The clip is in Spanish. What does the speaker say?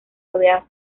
rodeada